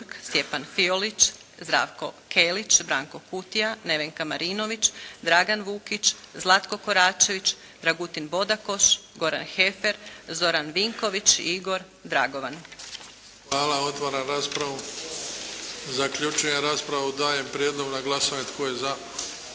Hvala. Otvaram raspravu. Zaključujem raspravu. Dajem prijedlog na glasovanje. Tko je za